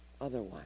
otherwise